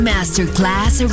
Masterclass